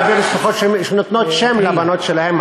הרבה משפחות שנותנות את השם ענת לבנות שלהן,